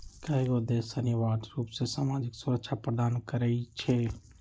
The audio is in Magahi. कयगो देश अनिवार्ज रूप से सामाजिक सुरक्षा प्रदान करई छै